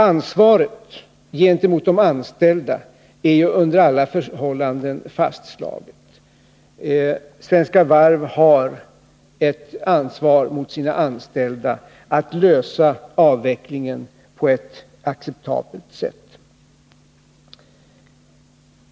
Ansvaret gentemot de anställda är ju under alla förhållanden fastslagen. Svenska Varv har ett ansvar mot sina anställda att lösa avvecklingen på ett acceptabelt sätt.